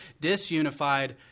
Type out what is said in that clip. disunified